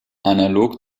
analog